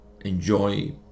enjoy